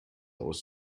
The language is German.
aus